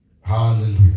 Hallelujah